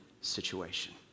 situation